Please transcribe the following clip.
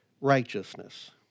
righteousness